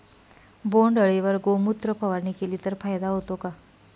बोंडअळीवर गोमूत्र फवारणी केली तर फायदा होतो का?